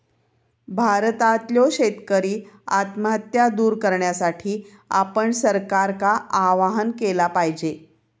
भारतातल्यो शेतकरी आत्महत्या दूर करण्यासाठी आपण सरकारका आवाहन केला पाहिजे